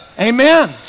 Amen